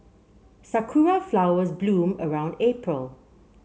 sakura flowers bloom around April